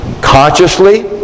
consciously